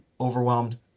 overwhelmed